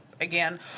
again